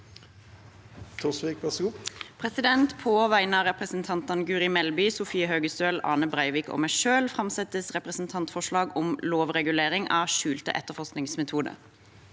På vegne av representantene Guri Melby, Sofie Høgestøl, Ane Breivik og meg selv vil jeg framsette representantforslag om lovregulering av skjulte etterforskningsmetoder.